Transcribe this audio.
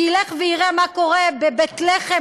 שילך ויראה מה קורה בבית-לחם,